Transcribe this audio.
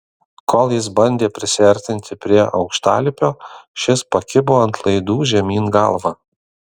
kol jis bandė prisiartinti prie aukštalipio šis pakibo ant laidų žemyn galva